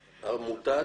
עמותת?